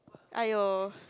aiyoh